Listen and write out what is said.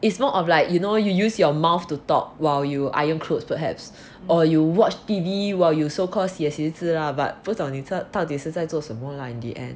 it's more of like you know you use your mouth to talk while you iron clothes perhaps or you watch T_V while you so call 写写字 lah but 这种你到底是在做什么 lah in the end